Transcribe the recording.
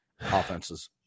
offenses